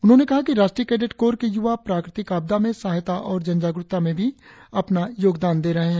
उन्होंने कहा कि राष्ट्रीय कैडेट कोर के युवा प्राकृतिक आपदा में सहायता और जनजागरुकता में भी अपना योगदान दे रहें है